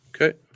Okay